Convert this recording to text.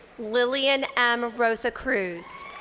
lilian m. rosacruz.